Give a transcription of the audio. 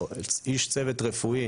איש צוות רפואי